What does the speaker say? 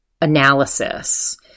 analysis